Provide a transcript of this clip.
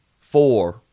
four